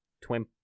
twin